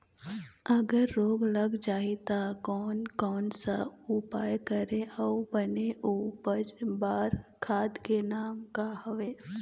अगर रोग लग जाही ता कोन कौन सा उपाय करें अउ बने उपज बार खाद के नाम का हवे?